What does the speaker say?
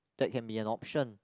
that can be an option